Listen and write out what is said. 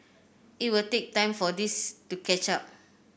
it will take time for this to catch up